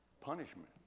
punishment